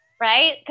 right